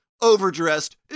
overdressed